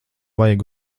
vajag